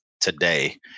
today